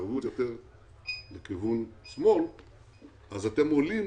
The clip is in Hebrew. אז אתם עולים